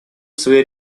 своей